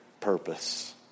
purpose